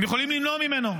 הם יכולים למנוע ממנו,